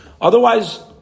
Otherwise